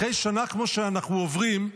אחרי שנה כמו שאנחנו עוברים,